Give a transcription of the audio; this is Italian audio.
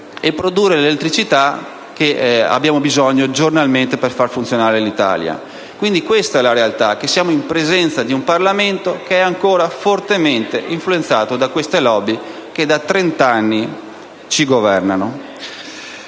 per produrre l'elettricità di cui abbiamo bisogno giornalmente per far funzionare l'Italia. La realtà è che siamo in presenza di un Parlamento ancora fortemente influenzato da queste *lobby* che da trent'anni ci governano.